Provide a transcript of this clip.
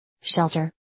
Shelter